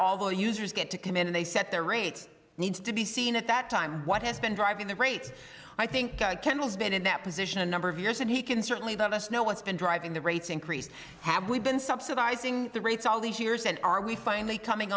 all the users get to come in they set their rates needs to be seen at that time what has been driving the rates i think kendall's been in that position a number of years and he can certainly the us know what's been driving the rates increase have we been subsidizing the rates all these years and are we finally coming